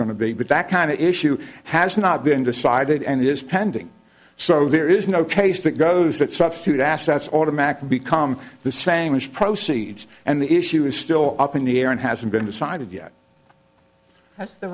going to be but that kind of issue has not been decided and is pending so there is no case that goes that substitute assets automatically become the same as proceeds and the issue is still up in the air and hasn't been decided yet that's the